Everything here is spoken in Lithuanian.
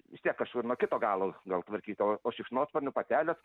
vis tiek kažkur nuo kito galo gal tvarkyt o o šikšnosparnių patelės